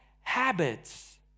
habits